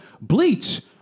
Bleach